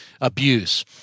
abuse